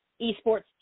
Esports